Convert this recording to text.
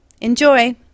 Enjoy